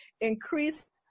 increase